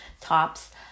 tops